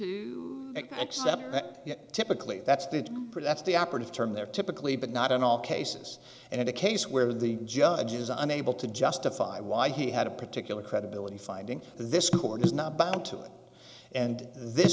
that typically that's the part that's the operative term there typically but not in all cases and in a case where the judge is unable to justify why he had a particular credibility finding this court is not bound to it and this